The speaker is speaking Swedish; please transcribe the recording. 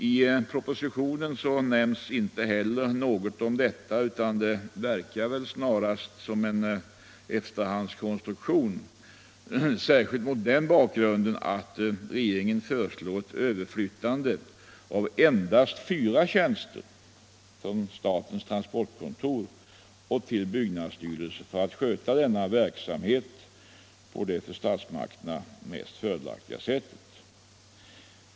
I propositionen nämns inte heller något om detta, utan det verkar snarast som en efterhandskonstruktion, särskilt mot den bakgrunden att regeringen föreslår överförande av endast fyra tjänster från statens transportkontor till byggnadsstyrelsen för att sköta denna verksamhet på det för statsmakterna mest fördelaktiga sättet.